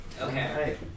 Okay